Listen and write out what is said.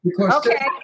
Okay